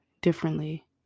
differently